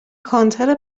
کانتر